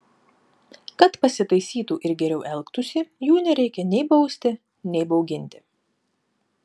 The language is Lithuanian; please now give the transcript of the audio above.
kad pasitaisytų ir geriau elgtųsi jų nereikia nei bausti nei bauginti